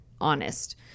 honest